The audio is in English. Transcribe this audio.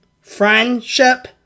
friendship